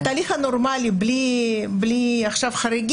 התהליך הנורמלי בלי חריגים,